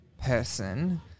person